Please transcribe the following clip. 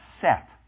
set